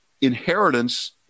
inheritance